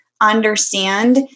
understand